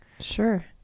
Sure